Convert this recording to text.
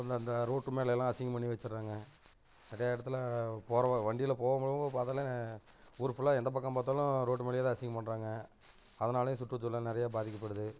அப்புறம் இந்த இந்த ரோட்டு மேலேலாம் அசிங்கம் பண்ணி வச்சிடுறாங்க நிறையா இடத்துல போகிற வர வண்டியில் போகும்போது கூட பார்த்தாலே ஊர் ஃபுல்லாக எந்த பக்கம் பார்த்தாலும் ரோட்டு மேலேயேதான் அசிங்கம் பண்ணுறாங்க அதனாலையும் சுற்றுச்சூழல் நிறையா பாதிக்கப்படுது